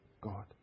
God